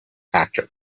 actor